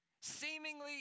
Seemingly